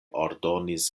ordonis